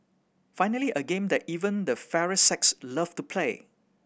finally a game that even the fairer sex love to play